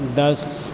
दस